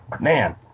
man